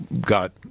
got